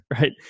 right